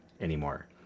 anymore